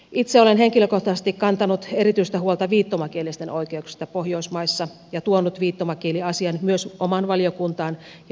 itse olen henkilökohtaisesti kantanut erityistä huolta viittomakielisten oikeuksista pohjoismaissa ja tuonut viittomakieliasian myös omaan valiokuntaan ja istuntoihin